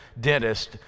dentist